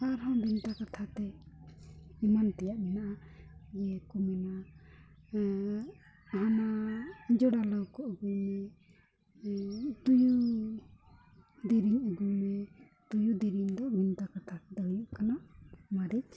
ᱟᱨᱦᱚᱸ ᱵᱷᱮᱱᱛᱟ ᱠᱟᱛᱷᱟ ᱛᱮ ᱮᱢᱟᱱ ᱛᱮᱭᱟᱜ ᱢᱮᱱᱟᱜᱼᱟ ᱡᱮ ᱠᱚ ᱢᱮᱱᱟ ᱦᱟᱱᱟ ᱡᱚᱲᱟ ᱞᱟᱹᱣᱠᱟᱹ ᱟᱹᱜᱩᱭ ᱢᱮ ᱛᱩᱭᱩ ᱫᱮᱨᱮᱧ ᱟᱹᱜᱩᱭ ᱢᱮ ᱛᱩᱭᱩ ᱫᱮᱨᱮᱧ ᱫᱚ ᱵᱷᱮᱱᱛᱟ ᱠᱟᱛᱷᱟ ᱛᱮᱫᱚ ᱦᱩᱭᱩᱜ ᱠᱟᱱᱟ ᱢᱟᱹᱨᱤᱪ